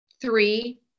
three